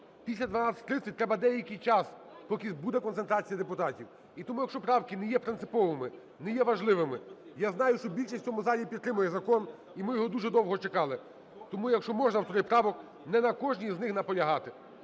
Після 12:30 треба деякий час, поки буде концентрація депутатів. І тому, якщо правки не є принциповими, не є важливими, я знаю, що більшість в цьому залі підтримує закон, і ми його дуже довго чекали. Тому, якщо можна, автори правок, не на кожній із них наполягати.